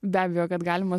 be abejo kad galima